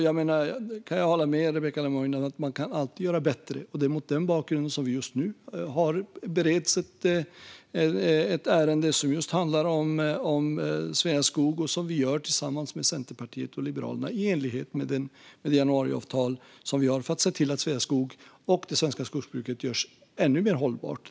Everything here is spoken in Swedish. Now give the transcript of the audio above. Jag kan hålla med Rebecka Le Moine om att man alltid kan göra bättre, och det är mot den bakgrunden som det just nu bereds ett ärende som handlar om Sveaskog och som vi genomför tillsammans med Centerpartiet och Liberalerna i enlighet med det januariavtal där vi har sett till att Sveaskog och det svenska skogsbruket görs ännu mer hållbart.